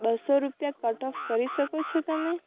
બસો રૂપિયા cut off કરી શકો છો તમે